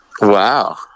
Wow